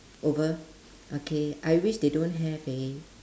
over okay I wish they don't have eh